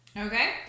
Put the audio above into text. Okay